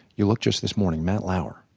you look, just this morning, matt lauer.